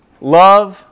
love